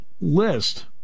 list